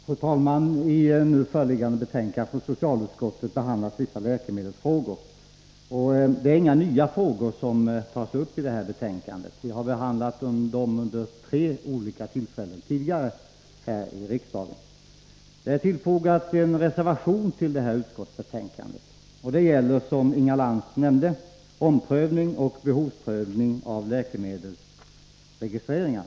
Fru talman! I nu föreliggande betänkande från socialutskottet behandlas vissa läkemedelsfrågor. Det är inga nya frågor som tas upp i betänkandet; vi har behandlat dem här i riksdagen vid tre olika tillfällen tidigare. En reservation är fogad till betänkandet. Den gäller, som Inga Lantz nämnde, omprövning och behovsprövning av läkemedelsregistreringar.